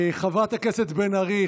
חברת הכנסת בן ארי,